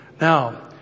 Now